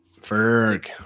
Ferg